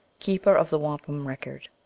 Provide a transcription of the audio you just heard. keeper of the wampum record,